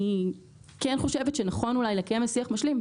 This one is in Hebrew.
אני כן חושבת שנכון אולי לקיים שיח משלים,